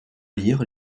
lire